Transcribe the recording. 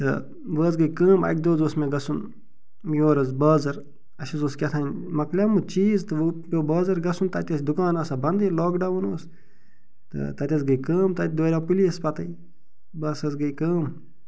تہٕ وٕ حظ گٔے کٲم اکہِ دۄہ حظ اوس مےٚ گژھُن یور حظ بازر اسہِ حظ اوس کیاتھانۍ مکلیومُت چیٖز تہٕ وٕ پیٚو بازر گژھُن تتہِ ٲسۍ دُکان آسان بندٕے لاک ڈاوُن اوس تہٕ تتہِ حظ گٔے کٲم تتہِ دوریو پُلیٖس پتٕے بس حظ گٔے کٲم